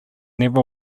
never